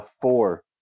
four